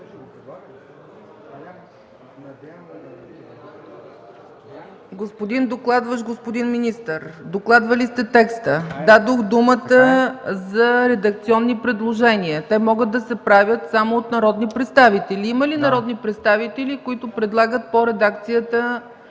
Господин докладващ, господин министър! Докладвали сте текста. Дадох думата за редакционни предложения. Те могат да се правят само от народни представители. Има ли народни представители, които предлагат редакция